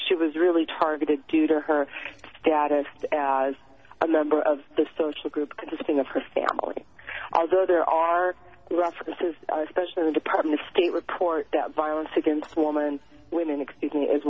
she was really targeted due to her status as a member of the social group consisting of her family although there are references especially the department of state report that violence against woman women excuse me